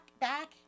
back